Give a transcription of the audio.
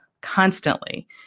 constantly